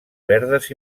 verdes